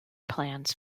plans